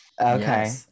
Okay